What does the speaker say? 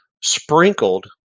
sprinkled